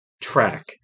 track